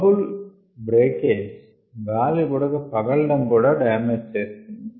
bubble breakage గాలి బుడగ పగలడం గూడా డామేజ్ చేస్తోంది